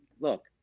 Look